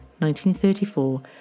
1934